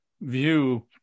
view